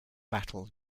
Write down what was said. battle